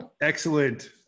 Excellent